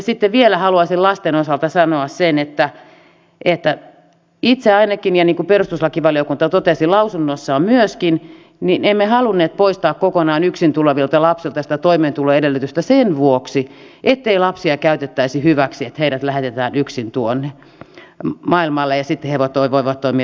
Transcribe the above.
sitten vielä haluaisin lasten osalta sanoa sen että itse ainakaan ja niin kuin perustuslakivaliokunta totesi lausunnossaan myöskin emme halunneet poistaa kokonaan yksin tulevilta lapsilta sitä toimeentuloedellytystä sen vuoksi ettei lapsia käytettäisi hyväksi että heidät lähetetään yksin tuonne maailmalle ja sitten he voivat toimia perheenkokoajina